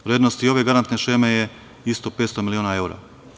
Vrednost ove garantne šeme je isto 500 miliona evra.